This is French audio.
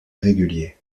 régulier